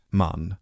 man